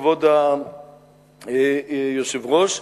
כבוד היושב-ראש,